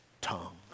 tongue